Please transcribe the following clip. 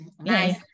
nice